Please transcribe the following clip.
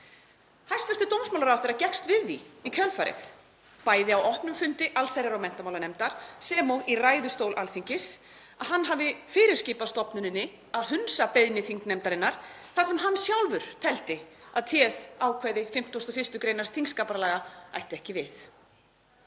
Hæstv. dómsmálaráðherra gekkst við því í kjölfarið, bæði á opnum fundi allsherjar- og menntamálanefndar sem og í ræðustól Alþingis, að hann hefði fyrirskipað stofnuninni að hunsa beiðni þingnefndarinnar þar sem hann sjálfur teldi að téð ákvæði 51. gr. þingskapalaga ætti ekki við.